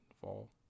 fall